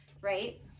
Right